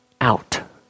out